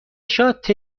شات